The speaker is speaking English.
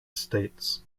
states